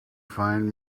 find